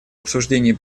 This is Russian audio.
обсуждении